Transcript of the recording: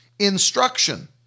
instruction